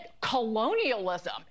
colonialism